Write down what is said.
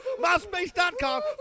MySpace.com